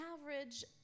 average